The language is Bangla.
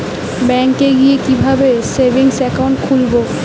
ব্যাঙ্কে গিয়ে কিভাবে সেভিংস একাউন্ট খুলব?